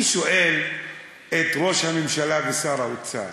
אני שואל את ראש הממשלה ואת שר האוצר